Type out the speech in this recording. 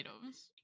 items